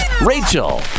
Rachel